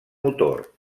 motor